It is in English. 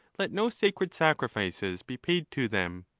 let no sacred sacrifices be paid to them.